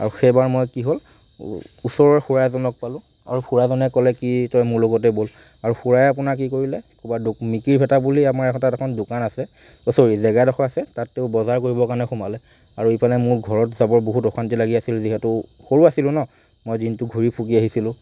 আৰু সেইবাৰ মই কি হ'ল ও ওচৰৰে খুড়া এজনক পালোঁ আৰু খুড়াজনে ক'লে কি তই মোৰ লগতে ব'ল আৰু খুড়াই আপোনাৰ কি কৰিলে ক'ৰবাত মিকিৰভেটা বুলি আমাৰ এখন তাত এখন দোকান আছে অ'হ চ'ৰি জেগা এডোখৰ আছে তাততো বজাৰ কৰিবৰ কাৰণে সোমালে আৰু ইফালে মোৰ ঘৰত যাব বহুত অশান্তি লাগি আছিল যিহেতু সৰু আছিলোঁ ন' মই দিনটো ঘূৰি পকি আহিছিলোঁ